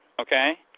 Okay